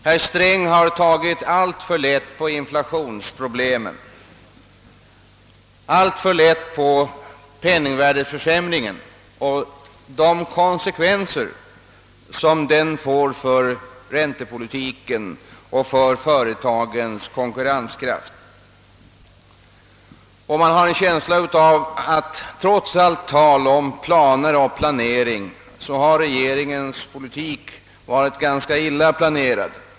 Herr Sträng har tagit alltför lätt på inflationsproblemen, alltför lätt på penningvärdeförsämringen och de konsekvenser som den får för räntepolitiken och för företagens konkurrenskraft. Man har en känsla av att trots allt tal om planer och planering, så har regeringens politik varit ganska illa planerad.